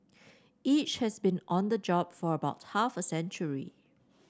each has been on the job for about half a century